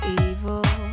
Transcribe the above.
evil